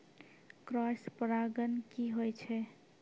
Cross परागण की होय छै?